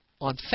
on